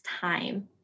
time